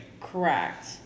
Correct